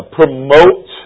promote